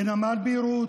בנמל ביירות,